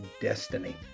destiny